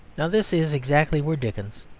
now this is exactly where dickens,